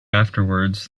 afterwards